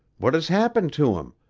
what has happened to him